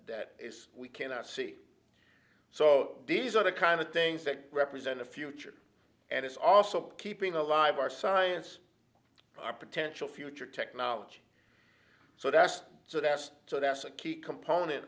that we cannot see so these are the kind of things that represent a future and it's also keeping alive our science our potential future technology so that's so that's so that's a key component